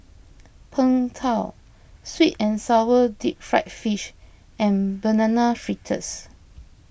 Png Tao Sweet and Sour Deep Fried Fish and Banana Fritters